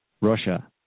Russia